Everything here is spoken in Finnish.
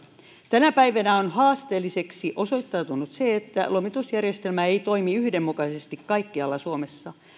tänä päivänä on haasteelliseksi osoittautunut se että lomitusjärjestelmä ei toimi yhdenmukaisesti kaikkialla suomessa